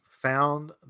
Found